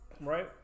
right